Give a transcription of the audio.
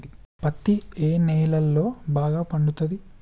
పత్తి ఏ నేలల్లో బాగా పండుతది?